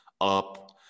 up